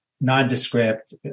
nondescript